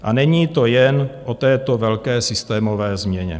A není to jen o této velké systémové změně.